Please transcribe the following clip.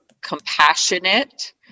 compassionate